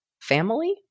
family